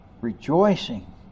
rejoicing